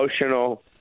emotional